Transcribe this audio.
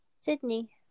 Sydney